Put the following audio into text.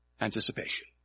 anticipation